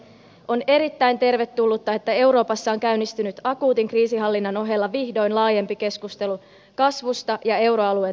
on erittäin tervetullutta että euroopassa on käynnistynyt akuutin kriisinhallinnan ohella vihdoin laajempi keskustelu kasvusta ja euroalueen tulevaisuudesta